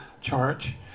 charge